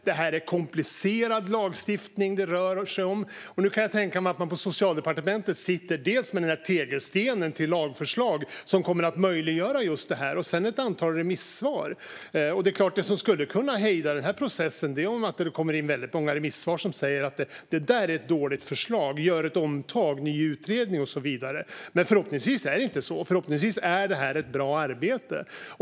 Det är komplicerad lagstiftning det rör sig om, och jag kan tänka mig att Socialdepartementet nu sitter med dels tegelstenen till lagförslag som kommer att möjliggöra just det här och dels ett antal remissvar. Det är klart att det som skulle kunna hejda processen är om det kommer in väldigt många remissvar som säger att det är ett dåligt förslag och att man ska göra ett omtag, en ny utredning och så vidare. Men förhoppningsvis är det inte så. Förhoppningsvis är det här ett bra arbete.